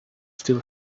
still